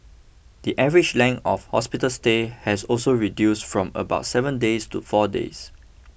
the average length of hospital stay has also reduced from about seven days to four days